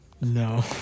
No